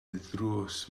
ddrws